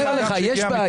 אני אומר, יש בעיה,